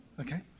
Okay